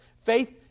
faith